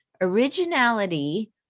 Originality